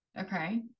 Okay